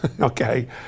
Okay